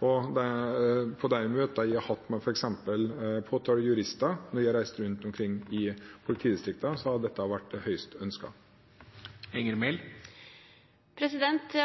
På de møtene jeg har hatt med f.eks. påtalejurister når jeg har reist rundt omkring i politidistriktene, har dette vært høyst ønsket.